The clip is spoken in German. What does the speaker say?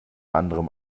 anderem